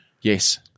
Yes